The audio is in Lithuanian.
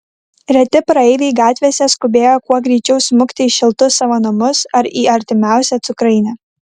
reti praeiviai gatvėse skubėjo kuo greičiau smukti į šiltus savo namus ar į artimiausią cukrainę